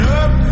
up